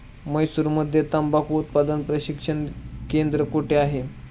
म्हैसूरमध्ये तंबाखू उत्पादन प्रशिक्षण केंद्र कोठे आहे?